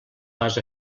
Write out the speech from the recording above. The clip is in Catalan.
vas